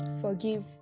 forgive